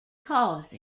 cause